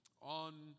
on